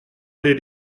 allait